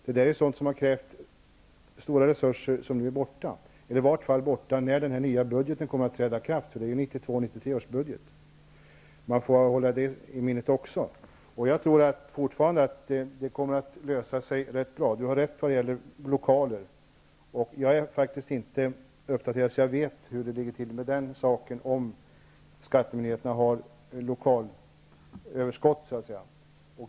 Det är sådant som har krävt stora resurser och som nu är borta, i varje fall när den nya budgeten kommer att träda i kraft -- det är ju 1992/93 års budget. Det får man också hålla i minnet. Jag tror fortfarande att det kommer att lösa sig rätt bra. Lars Bäckström har rätt när det gäller lokaler. Jag är faktiskt inte uppdaterad så att jag vet om skattemyndigheterna så att säga har lokalöverskott.